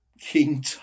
King